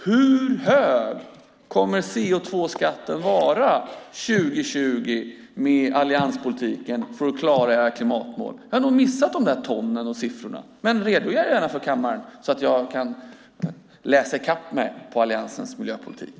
Hur hög kommer CO2-skatten att vara år 2020 med allianspolitiken för att man ska klara klimatmålen? Jag har nog missat de siffrorna. Redogör för detta inför kammaren så att jag kan läsa in mig på Alliansens miljöpolitik.